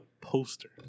poster